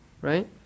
right